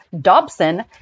Dobson